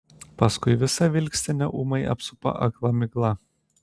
paskui visą vilkstinę ūmai apsupa akla migla